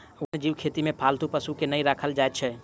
वन्य जीव खेती मे पालतू पशु के नै राखल जाइत छै